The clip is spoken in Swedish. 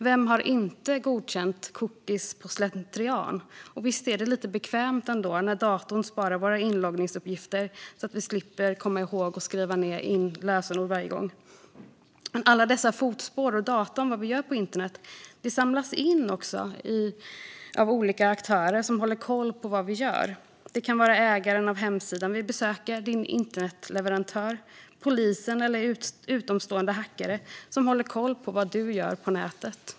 Vem har inte godkänt cookies av slentrian? Och visst är det ändå lite bekvämt när datorn sparar våra inloggningsuppgifter så att vi slipper komma ihåg, och skriva in, lösenordet varje gång? Men alla dessa fotspår och data om vad vi gör på internet samlas in av olika aktörer som håller koll på vad vi gör. Det kan vara ägaren av hemsidan vi besöker, din internetleverantör, polisen eller utomstående hackare som håller koll på vad du gör på nätet.